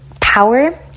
power